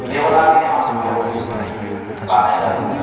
देब'नागिरि हांखोखौ लानाय जादों